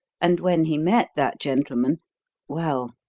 and when he met that gentleman well,